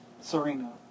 Serena